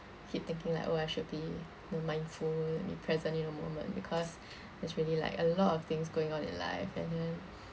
keep thinking like oh I should be you know mindful present in the moment because there's really like a lot of things going on in life and then